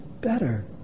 better